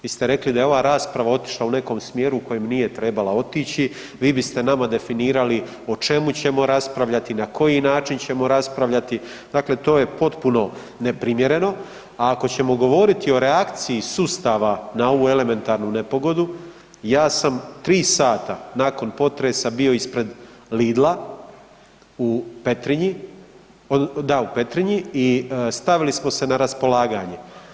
Vi ste rekli da je ova rasprava otišla u nekom smjeru u kojem nije trebala otići, vi biste nama definirali o čemu ćemo raspravljati, na koji način ćemo raspravljati, dakle to je potpuno neprimjereno, a ako ćemo govoriti o reakciji sustava na ovu elementarnu nepogodu, ja sam tri sata nakon potresa bio ispred Lidla u Petrinji, da, u Petrinji i stavili smo se na raspolaganje.